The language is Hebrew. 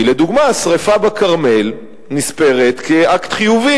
כי לדוגמה השרפה בכרמל נספרת כאקט חיובי